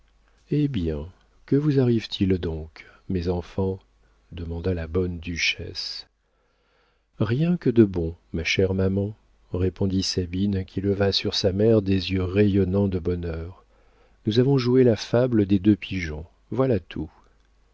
eh bien que vous arrive-t-il donc mes enfants demanda la bonne duchesse rien que de bon ma chère maman répondit sabine qui leva sur sa mère des yeux rayonnants de bonheur nous avons joué la fable des deux pigeons voilà tout